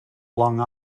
long